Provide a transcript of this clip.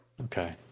Okay